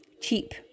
cheap